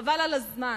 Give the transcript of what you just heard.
חבל על הזמן.